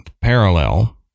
parallel